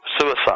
suicide